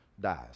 dies